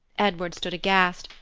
edward stood aghast,